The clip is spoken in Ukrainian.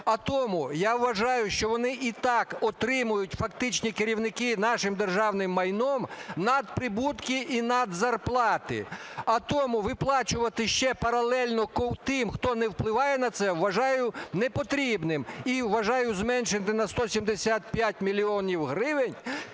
А тому я вважаю, що вони і так отримують фактичні керівники нашим державний майном надприбутки і надзарплати, а тому виплачувати ще паралельно тим, хто не впливає на це, вважаю непотрібним і вважаю зменшити на 175 мільйонів гривень